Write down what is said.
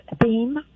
theme